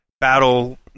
battle